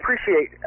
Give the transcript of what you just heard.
appreciate